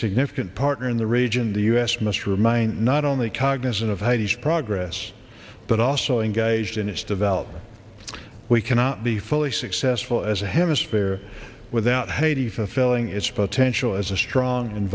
significant partner in the region the us must remain not only cognizant of haiti's progress but also engaged in its development we cannot be fully successful as a hemisphere without haiti fulfilling its potential as a strong and